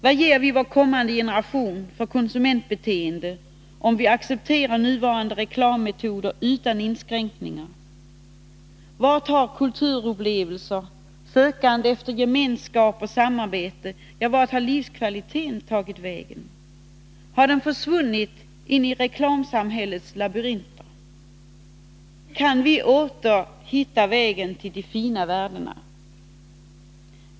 Vad ger vi vår kommande generation för konsumentbeteende om vi accepterar nuvarande reklammetoder utan inskränkningar? Vart har kulturupplevelser, sökande efter gemenskap och samarbete, ja, vart har livskvaliteten tagit vägen? Har den försvunnit in i reklamsamhällets labyrinter? Kan vi åter hitta vägen till de fina värdena?